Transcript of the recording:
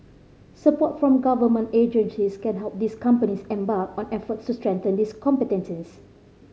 support from government agencies can help these companies embark on efforts to strengthen these competencies